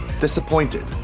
disappointed